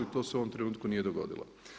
To se u ovom trenutku nije dogodilo.